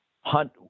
hunt